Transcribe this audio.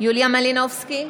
יוליה מלינובסקי,